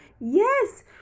Yes